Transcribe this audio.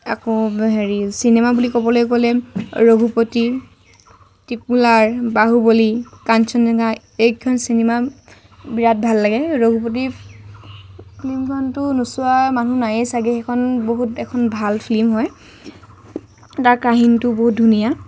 আকৌ হেৰি চিনেমা বুলি ক'বলৈ গ'লে ৰঘুপতি ত্ৰিপ'ল আৰ বাহুবলী কাঞ্চনজংঘা এইকেইখন চিনেমা বিৰাত ভাল লাগে ৰঘুপতি ফ্লিমখনতো নোচোৱা মানুহ নাইয়ে ছাগে সেইখন বহুত এখন ভাল ফিল্ম হয় তাৰ কাহিনীটো বহুত ধুনীয়া